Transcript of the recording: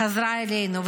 חזרה אלינו,